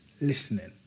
listening